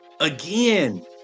again